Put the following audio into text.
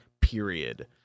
Period